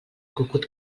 cucut